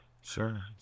sure